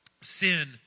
Sin